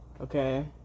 Okay